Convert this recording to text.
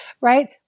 right